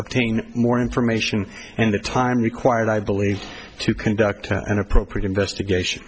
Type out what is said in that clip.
obtain more information and the time required i believe to conduct an appropriate investigation